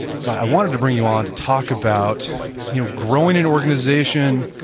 so i wanted to bring you on to talk about you know growing an organization,